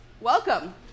Welcome